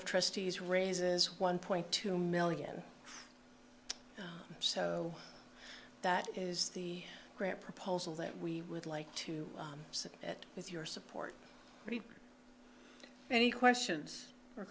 of trustees raises one point two million so that is the grant proposal that we would like to see that if your support any questions or